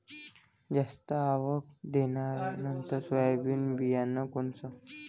जास्त आवक देणनरं सोयाबीन बियानं कोनचं?